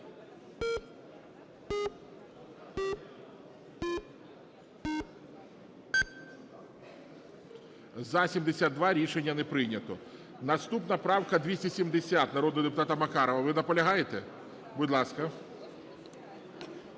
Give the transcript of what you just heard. За-72. Рішення не прийнято. Наступна правка 270, народного депутата Макарова. Ви наполягаєте? Будь ласка.